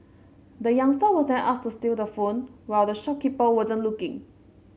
the youngster was then asked to steal the phone while the shopkeeper wasn't looking